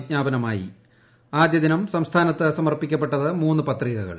വിജ്ഞാപനമായി ആദ്യദിനം സംസ്ഥാനത്ത് സമർപ്പിക്കപ്പെട്ടത് മൂന്ന് പത്രികകൾ